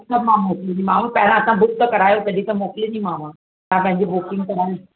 सभु मां मोकिलींदीमाव पहिरियों तव्हां बुक त करायो तॾहिं त मोकिलींदीमाव तव्हां पंहिंजी बुकिंग करायो